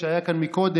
שהיה כאן קודם,